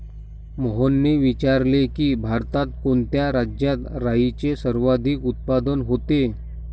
मोहनने विचारले की, भारतात कोणत्या राज्यात राईचे सर्वाधिक उत्पादन होते?